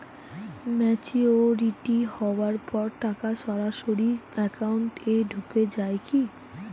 Maturity হওয়ার পর টাকা সরাসরি একাউন্ট এ ঢুকে য়ায় কি?